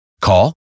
Call